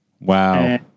Wow